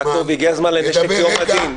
יעקב, הגיע הזמן לנשק יום הדין.